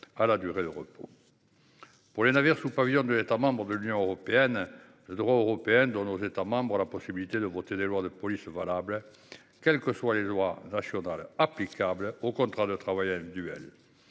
à la durée du repos. Pour les navires sous pavillon d'un État membre de l'Union européenne, le droit européen donne aux États membres la possibilité de voter des lois de police valables quelles que soient les lois nationales applicables au contrat de travail individuel.